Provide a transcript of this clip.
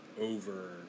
Over